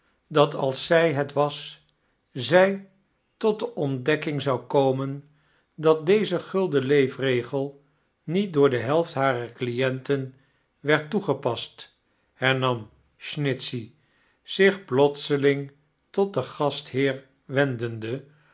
dat als zij het was zij tot de ontdekking zou komen dat deze gulden leefregel niet door die helft barer clienten werd toegepast hernam isnitphey zich plotseling tot den gastheer wendende